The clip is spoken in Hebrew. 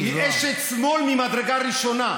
היא אשת שמאל ממדרגה ראשונה.